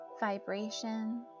vibration